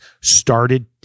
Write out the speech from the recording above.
started